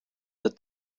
that